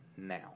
now